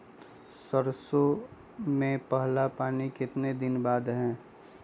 सरसों में पहला पानी कितने दिन बाद है?